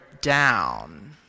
down